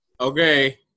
Okay